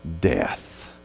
death